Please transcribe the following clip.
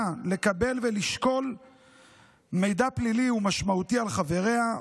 לקבל ולשקול מידע פלילי ומשמעותי על חבריה,